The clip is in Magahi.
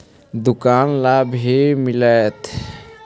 दुकान ला भी मिलहै?